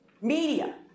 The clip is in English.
Media